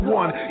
one